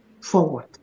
forward